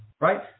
right